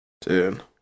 Dude